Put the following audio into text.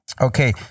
Okay